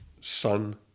son